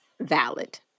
Valid